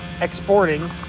exporting